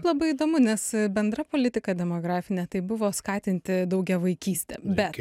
labai įdomu nes bendra politika demografinė tai buvo skatinti daugiavaikystę bet